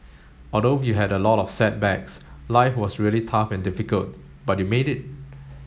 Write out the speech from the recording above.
although you had a lot of setbacks life was really tough and difficult but you made it